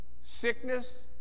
sickness